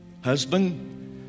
Husband